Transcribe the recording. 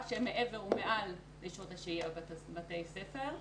שהן מעבר ומעל לשעות השהייה בבתי ספר.